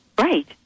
Right